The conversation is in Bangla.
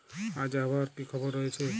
আজ আবহাওয়ার কি খবর রয়েছে?